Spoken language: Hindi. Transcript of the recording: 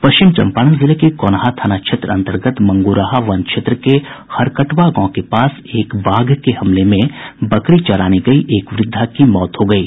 पश्चिम चम्पारण जिले के गौनाहा थाना क्षेत्र अन्तर्गत मंगूराहा वन क्षेत्र के हरकटवा गांव में एक बाघ के हमले में बकरी चराने गयी एक वृद्धा की मौत हो गयी